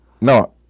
No